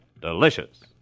delicious